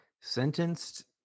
Sentenced